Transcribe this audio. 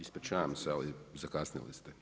Ispričavam se, ali zakasnili ste.